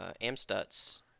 Amstutz